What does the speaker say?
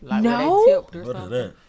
No